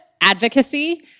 advocacy